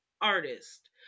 artist